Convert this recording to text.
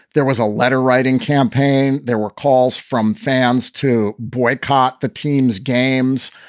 there was a letter writing campaign. there were calls from fans to boycott the team's games.